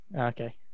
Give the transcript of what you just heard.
Okay